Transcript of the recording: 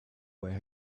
where